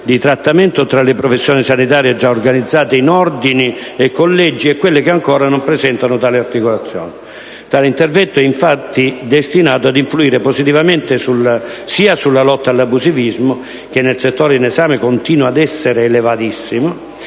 di trattamento tra le professioni sanitarie già organizzate in ordini e collegi e quelle che ancora non presentano tale articolazione. Tale intervento è infatti destinato ad influire positivamente sia sulla lotta all'abusivismo, che nel settore in esame continua ad essere elevatissimo,